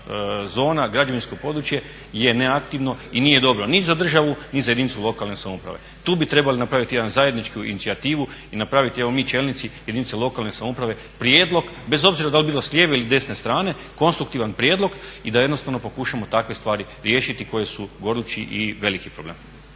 zona, građevinsko područje je neaktivno i nije dobro ni za državu, ni za jedinicu lokalne samouprave. Tu bi trebali napraviti jednu zajedničku inicijativu i napraviti evo mi čelnici jedinica lokalne samouprave prijedlog, bez obzira da li bilo s lijeve ili desne strane konstruktivan prijedlog i da jednostavno pokušamo takve stvari riješiti koje su gorući i veliki problem.